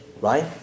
right